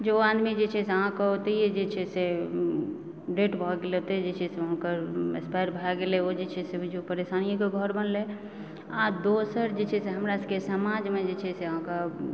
जे ओ आदमी जे छै से अहाँकेँ ओतै जे छै से डेड भए गेलै ओतै जे छै से अहाँकेँ एक्सपायर भए गेलै ओ जे छै से बुझीयौ परेशानियेके घर बनलै आ दोसर जे छै से हमरासबकेँ समाजमे जे छै से अहाँकेँ